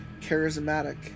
charismatic